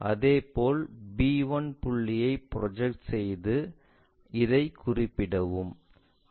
அதேபோல் b1 புள்ளியைக் project செய்து இதை குறிப்பிடவும்